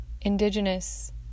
indigenous